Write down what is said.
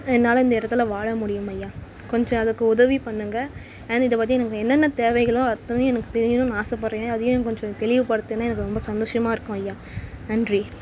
என்னால் இந்த இடத்துல வாழ முடியும் ஐயா கொஞ்சம் அதுக்கு உதவி பண்ணுங்க அண்ட் இதை பற்றி எனக்கு என்னென்ன தேவைகளோ அத்தனையும் எனக்கு தெரியணும்னு ஆசைப்பட்றேன் ஐயா அதையும் எனக்கு கொஞ்சம் தெளிவுப்படுத்துன்னால் எனக்கு ரொம்ப சந்தோஷமாக இருக்கும் ஐயா நன்றி